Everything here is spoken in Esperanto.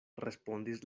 respondis